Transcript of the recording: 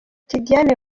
tidiane